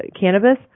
cannabis